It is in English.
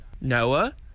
Noah